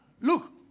Look